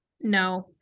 no